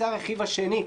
זה הרכיב השני,